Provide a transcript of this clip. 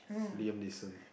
Liam-Neeson